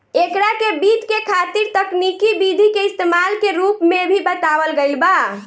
एकरा के वित्त के खातिर तकनिकी विधि के इस्तमाल के रूप में भी बतावल गईल बा